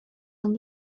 and